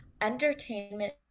entertainment